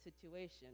situation